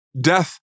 Death